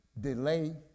delay